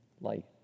light